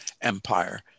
empire